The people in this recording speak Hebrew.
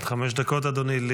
אדוני, עד חמש דקות לרשותך.